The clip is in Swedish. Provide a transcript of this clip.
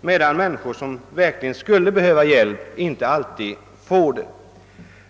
medan människor som verkligen skulle behöva hjälp inte alltid får det.